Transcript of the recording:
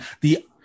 the-